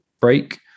break